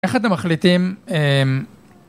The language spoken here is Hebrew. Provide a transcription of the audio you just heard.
איך אתם מחליטים? אם..